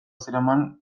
zeraman